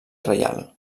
reial